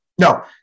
no